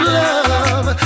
love